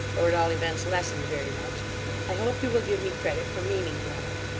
or at all events lessened very much i hope you will give me credit for meaning well.